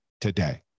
today